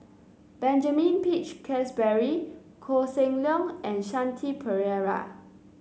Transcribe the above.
Benjamin Peach Keasberry Koh Seng Leong and Shanti Pereira